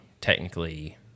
technically